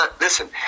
listen